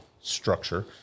structure